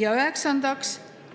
Ja üheksandaks,